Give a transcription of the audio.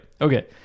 Okay